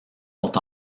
sont